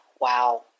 wow